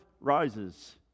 rises